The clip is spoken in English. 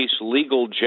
legal